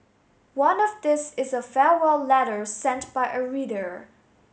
one of these is a farewell letter sent by a reader